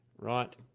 right